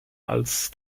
als